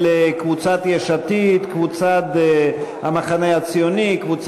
של חברי הכנסת יעל גרמן,